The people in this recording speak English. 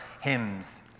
hymns